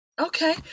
Okay